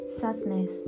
sadness